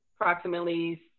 approximately